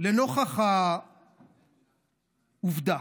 לנוכח העובדה